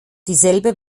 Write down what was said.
dieselbe